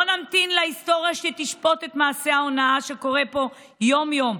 לא נמתין להיסטוריה שתשפוט את מעשה ההונאה שקורה פה יום-יום.